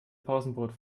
pausenbrot